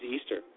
Easter